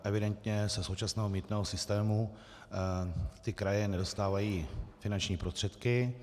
Evidentně za současného mýtného systému kraje nedostávají finanční prostředky.